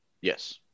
Yes